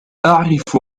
أعرف